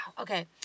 Okay